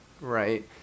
Right